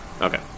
Okay